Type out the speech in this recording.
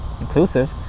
inclusive